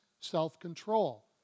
self-control